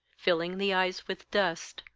filling the eyes with dust,